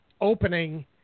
opening